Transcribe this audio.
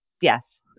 yes